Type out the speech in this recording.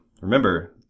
remember